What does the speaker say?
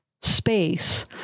space